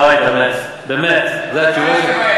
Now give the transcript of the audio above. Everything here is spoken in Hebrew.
אוי, באמת, באמת, זה הכיוון?